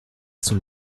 son